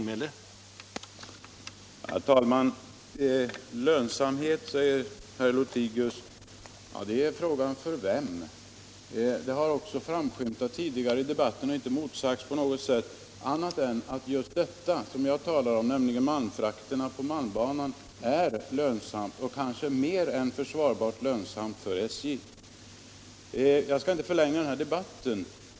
Herr talman! Lönsamhet, säger herr Lothigius. Ja, frågan är för vem. Det har också framskymtat tidigare i debatten och inte motsagts på något sätt att malmfrakterna på malmbanan är lönsamma, och kanske mer än försvarbart lönsamma, för SJ. Jag skall inte förlänga den här debatten.